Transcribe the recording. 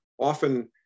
often